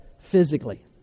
physically